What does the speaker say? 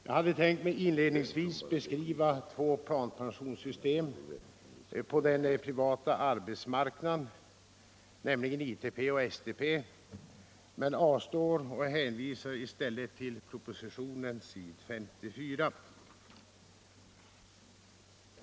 Jag hade tänkt att inledningsvis beskriva två planpensionssystem på den privata arbetsmarknaden, nämligen ITP och SPP, men avstår därifrån och hänvisar i stället till propositionen s. 54.